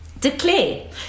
Declare